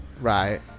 right